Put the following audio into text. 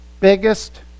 Biggest